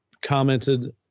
commented